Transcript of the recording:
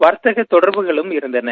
வர்ததக தொடர்புகளும் இருந்தன